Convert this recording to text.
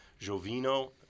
Jovino